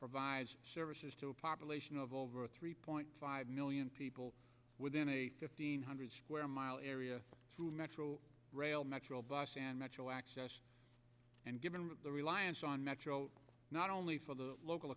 provides services to a population of over three point five million people within a fifteen hundred square mile area through metro rail natural bus and metro access and given the reliance on metro not only for the local